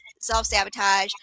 self-sabotage